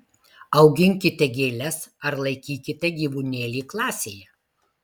auginkite gėles ar laikykite gyvūnėlį klasėje